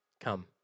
come